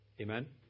Amen